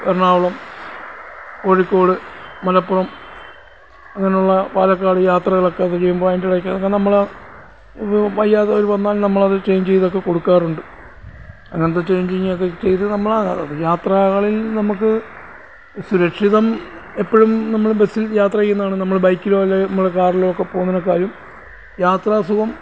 എറണാകുളം കോഴിക്കോട് മലപ്പുറം അങ്ങനെ ഉള്ള പാലക്കാട് യാത്രകളൊക്കെ ചെയ്യുമ്പോൾ അതിൻ്റെ ഇടയ്ക്ക് നമ്മൾ വയ്യാതെ വന്നാൽ നമ്മൾ അത് ചേയ്ഞ്ച് ചെയ്ത് ഒക്കെ കൊടുക്കാറുണ്ട് അങ്ങനെത്തെ ചെയ്ഞ്ചിങ്ങ് ഒക്കെ ചെയ്ത് നമ്മളാണ് യാത്രകളിൽ നമുക്ക് സുരക്ഷിതം എപ്പഴും നമ്മൾ ബസ്സിൽ യാത്ര ചെയ്യുതാണ് നമ്മൾ ബൈക്കിലോ അല്ലെങ്കിൽ നമ്മൾ കാറിലോ ഒക്കെ പോകുന്നതിനേക്കാളും യാത്രാസുഖം